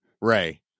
Ray